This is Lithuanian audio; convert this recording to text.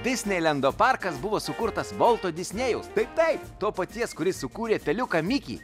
disneilendo parkas buvo sukurtas volto disnėjaus tai taip to paties kuris sukūrė peliuką mikį